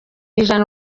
ijana